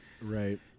Right